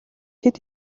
хэд